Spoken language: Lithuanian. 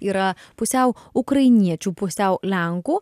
yra pusiau ukrainiečių pusiau lenkų